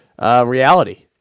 Reality